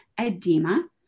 edema